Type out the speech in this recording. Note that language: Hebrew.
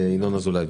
ינון אזולאי,